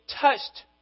touched